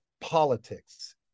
politics